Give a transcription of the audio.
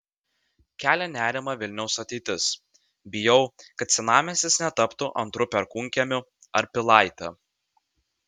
kelia nerimą vilniaus ateitis bijau kad senamiestis netaptų antru perkūnkiemiu ar pilaite